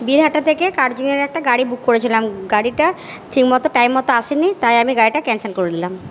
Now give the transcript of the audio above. বীরহাটা থেকে একটা গাড়ি বুক করেছিলাম গাড়িটা ঠিক মতো টাইম মতো আসেনি তাই আমি গাড়িটা ক্যান্সেল করলাম